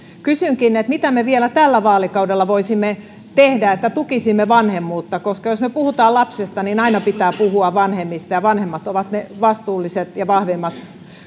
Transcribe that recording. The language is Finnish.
kysynkin mitä me vielä tällä vaalikaudella voisimme tehdä että tukisimme vanhemmuutta jos me puhumme lapsesta niin aina pitää puhua vanhemmista ja vanhemmat ovat ne vastuulliset ja vahvemmat